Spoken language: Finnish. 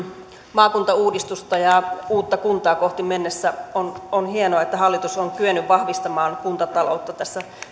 maakuntauudistusta ja uutta kuntaa kohti mennessä on on hienoa että hallitus on kyennyt vahvistamaan kuntataloutta tässä